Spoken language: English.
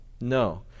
No